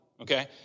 Okay